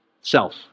Self